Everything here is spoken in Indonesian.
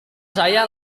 saya